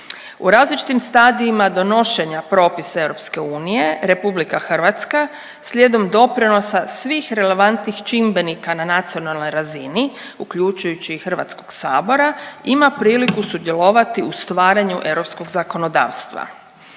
U različitim stadijima donošenja propisa EU RH slijedom doprinosa svih relevantnih čimbenika na nacionalnoj razini uključujući i Hrvatskog sabora ima priliku sudjelovati u stvaranju europskog zakonodavstva.